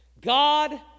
God